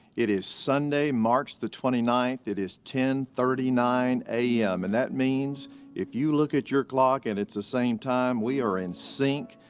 it is sunday, march the twenty ninth, it is ten thirty nine am. and that means if you look at your clock and it's the same time, we are in sync.